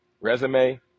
resume